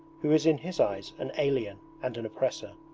who is in his eyes an alien and an oppressor.